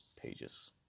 pages